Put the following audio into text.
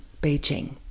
Beijing